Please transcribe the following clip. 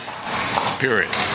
period